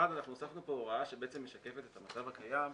דבר אחד, הוספנו פה הוראה שמשקפת את המצב הקיים,